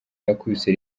yakubise